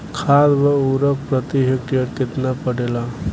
खाध व उर्वरक प्रति हेक्टेयर केतना पड़ेला?